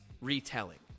retelling